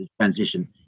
transition